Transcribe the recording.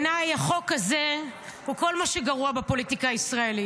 בעיניי החוק הזה הוא כל מה שגרוע בפוליטיקה הישראלית.